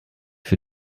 für